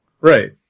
Right